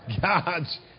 God's